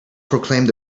proclaimed